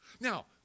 Now